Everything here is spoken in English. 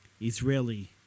Israeli